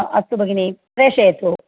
अस्तु भगिनि प्रेषयतु